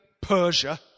Persia